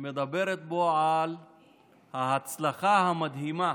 שמדברת בו על ההצלחה המדהימה